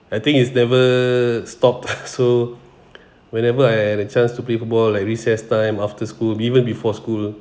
I think it's never stop so whenever I had a chance to play football like recess time after school even before school